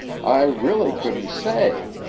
i really couldn't say,